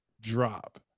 drop